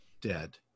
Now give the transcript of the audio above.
dead